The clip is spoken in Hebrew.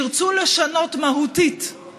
שאני לא מסכים לעמדותיהם המדיניות,